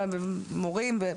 מורים.